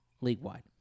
league-wide